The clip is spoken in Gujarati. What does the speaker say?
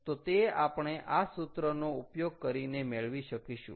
તો તે આપણે આ સુત્રનો ઉપયોગ કરીને મેળવી શકીશું